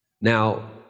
Now